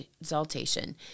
exaltation